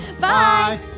Bye